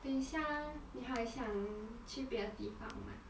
等一下你还想去别的地方吗